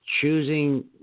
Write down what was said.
choosing